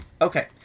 Okay